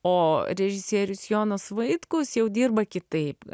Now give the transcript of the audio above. o režisierius jonas vaitkus jau dirba kitaip